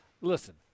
Listen